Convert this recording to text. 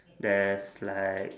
there's like